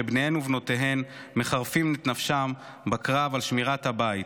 שביניהן ובנותיהן מחרפים את נפשם בקרב על שמירת הבית,